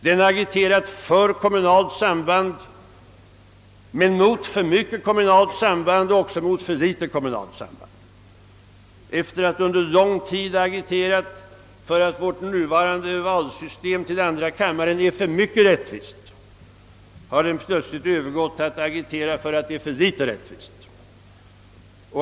Den har agiterat för kommunalt samband, mot för mycket kommunalt samband och också mot för litet kommunalt samband. Efter att under lång tid ha agiterat för att vårt nuvarande valsystem till andra kammaren är för mycket rättvist, har den plötsligt övergått till att agitera för att det är för litet rättvist.